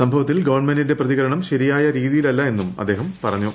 സംഭവത്തിൽ ഗവൺമെന്റിന്റെ പ്രതികരണം ശരിയായ രീതിയിലില്ല എന്നും അദ്ദേഹം പറഞ്ഞു